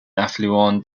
affluent